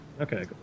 Okay